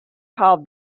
call